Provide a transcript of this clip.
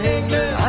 England